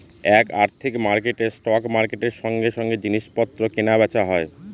এক আর্থিক মার্কেটে স্পট মার্কেটের সঙ্গে সঙ্গে জিনিস পত্র কেনা বেচা হয়